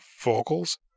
vocals